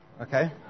okay